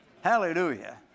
Hallelujah